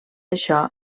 això